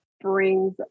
brings